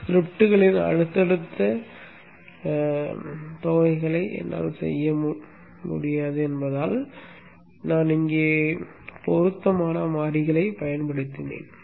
ஸ்கிரிப்ட்களின் அடுத்தடுத்த தொகைகளை என்னால் செய்ய முடியாது என்பதால் நான் இங்கே பொருத்தமான மாறிகளைப் பயன்படுத்தினேன்